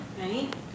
right